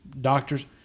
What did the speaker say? Doctors